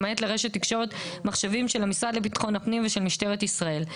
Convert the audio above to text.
למעט לרשת תקשורת מחשבים של המשרד לביטחון הפנים ושל משטרת ישראל.